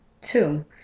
two